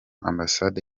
ambasade